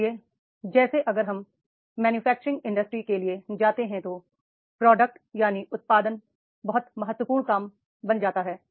इसलिए जैसे अगर हम मैन्युफैक्च रिंग इंडस्ट्री के लिए जाते हैं तो उत्पादन बहुत महत्वपूर्ण काम बन जाता है